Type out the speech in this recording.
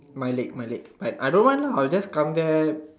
my leg my leg I I don't want I will just come there